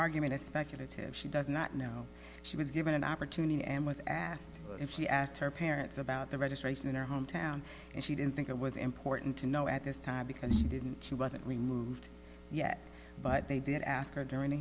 argument is speculative she does not know she was given an opportunity and was asked if she asked her parents about the registration in her hometown and she didn't think it was important to know at this time because she didn't she wasn't removed yet but they did ask her during